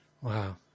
Wow